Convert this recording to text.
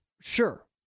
Sure